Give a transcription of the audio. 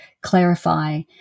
clarify